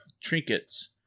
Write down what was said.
trinkets